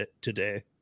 today